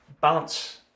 balance